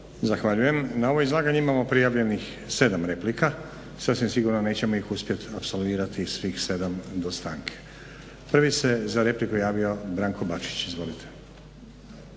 Zahvaljujem. Na ovo izlaganje imamo prijavljenih 7 replika. Sasvim sigurno nećemo ih uspjeti apsolvirati svih 7 do stanke. Prvi se za repliku javio Branko Bačić. Izvolite.